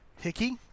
Hickey